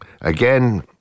Again